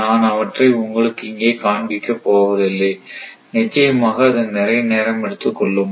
நான் அவற்றை உங்களுக்கு இங்கே காண்பிக்கப் போவதில்லை நிச்சயமாக அது நிறைய நேரம் எடுத்துக் கொள்ளும்